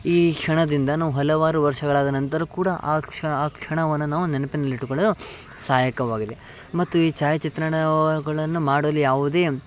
ಈ ಕ್ಷಣದಿಂದ ನಾವು ಹಲವಾರು ವರ್ಷಗಳಾದ ನಂತರ ಕೂಡ ಆ ಕ್ಷ ಆ ಕ್ಷಣವನ್ನು ನಾವು ನೆನ್ಪಿನಲ್ಲಿ ಇಟ್ಟುಕೊಳ್ಳಲು ಸಹಾಯಕವಾಗಿದೆ ಮತ್ತು ಈ ಛಾಯಾಚಿತ್ರಣಗಳನ್ನು ಮಾಡಲು ಯಾವುದೇ